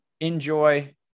Enjoy